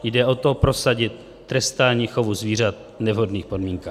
Jde o to prosadit trestání chovu zvířat v nevhodných podmínkách.